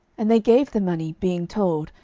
and they gave the money, being told,